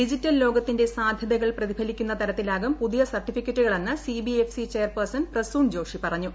digital ലോകത്തിന്റെ സാധ്യതകൾ പ്രതിഫലിക്കുന്ന തരത്തിലാകും പുതിയ സർട്ടിഫിക്കറ്റുകളെന്ന് C B F C chairperson Prasoon Joshi പറഞ്ഞു